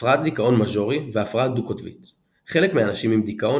הפרעת דיכאון מז'ורי והפרעה דו־קוטבית חלק מהאנשים עם דיכאון